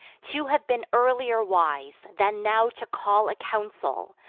to have been earlier wise, than now to call a council,